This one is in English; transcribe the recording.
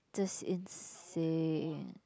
that's insane